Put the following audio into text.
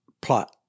plot